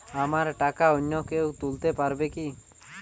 আমার টাকা অন্য কেউ তুলতে পারবে কি?